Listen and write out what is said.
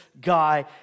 guy